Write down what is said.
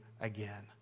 again